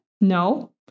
No